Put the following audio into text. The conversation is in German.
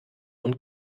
und